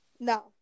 No